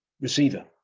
receiver